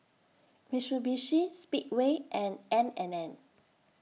Mitsubishi Speedway and N and N